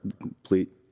complete